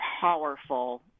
powerful